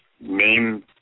name